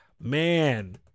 Man